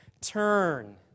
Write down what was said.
turn